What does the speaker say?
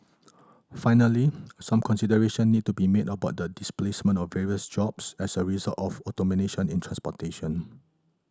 finally some consideration need to be made about the displacement of various jobs as a result of automation in transportation